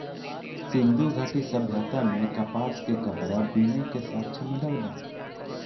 सिंधु घाटी सभ्यता में कपास के कपड़ा बीने के साक्ष्य मिलल बा